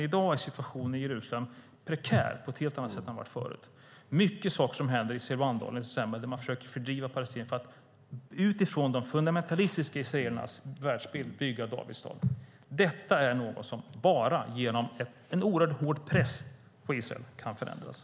I dag är situationen i Jerusalem prekär på ett helt annat sätt än den har varit tidigare. Det är mycket som händer i Silwandalen där man försöker fördriva palestinier för att utifrån de fundamentalistiska israelernas världsbild bygga Davids stad. Detta är något som kan förändras bara genom en oerhört hård press på Israel.